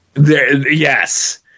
Yes